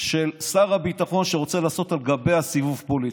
של שר הביטחון, שרוצה לעשות על גבה סיבוב פוליטי.